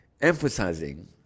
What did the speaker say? emphasizing